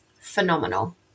phenomenal